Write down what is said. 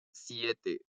siete